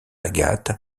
agathe